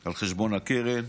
על חשבון הקרן